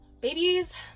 Babies